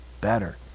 better